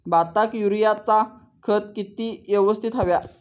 भाताक युरियाचा खत किती यवस्तित हव्या?